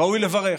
ראוי לברך.